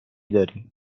داری